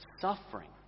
suffering